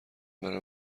برم